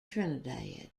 trinidad